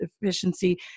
efficiency